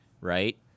right